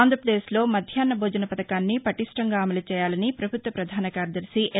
ఆంధ్రాపదేశ్లో మధ్యాహ్న భోజన పథకాన్ని పలిష్ణంగా అమలు చేయాలని ప్రభుత్వ ప్రధాన కార్యదర్శి ఎల్